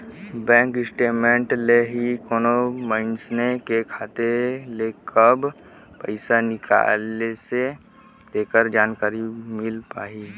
bank statement ले ही कोनो मइनसे के खाता ले कब पइसा निकलिसे तेखर जानकारी मिल पाही